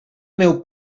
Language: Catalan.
meu